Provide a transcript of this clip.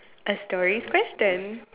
a story question